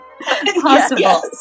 possible